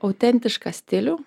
autentišką stilių